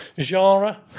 genre